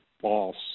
false